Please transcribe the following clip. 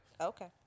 Okay